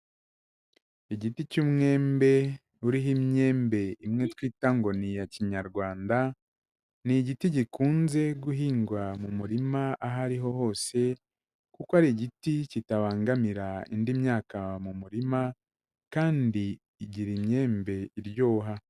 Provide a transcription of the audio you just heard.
Igiti cy'umwembe uriho imyembe imwe twita ngo ni iya kinyarwanda, ni igiti gikunze guhingwa mu murima aho ari ho hose kuko ari igiti kitabangamira indi myaka mu murima kandi igira inyembe iryoha.